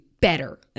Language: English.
better